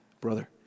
brother